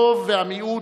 הרוב והמיעוט,